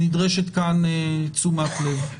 נדרשת כאן תשומת לב.